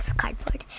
cardboard